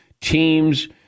teams